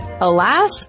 Alas